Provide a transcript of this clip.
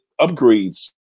upgrades